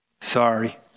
sorry